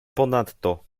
ponadto